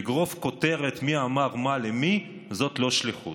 לגרוף כותרת מי אמר מה למי, זאת לא שליחות,